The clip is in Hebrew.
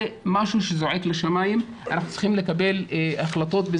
זה דבר שזועק לשמיים ואנחנו צריכים לקבל החלטות.